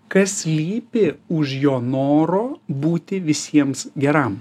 kas slypi už jo noro būti visiems geram